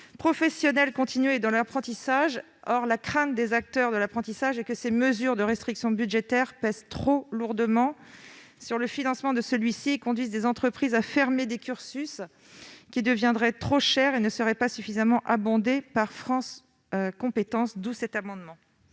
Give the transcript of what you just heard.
professionnelle continue et l'apprentissage ; or la crainte des acteurs de l'apprentissage est que ces mesures de restriction budgétaire pèsent trop lourdement sur le financement de celui-ci et conduisent des entreprises à fermer des cursus qui deviendraient trop chers et ne seraient pas suffisamment abondés par France compétences. Quel est